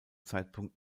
zeitpunkt